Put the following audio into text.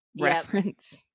reference